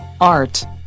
Art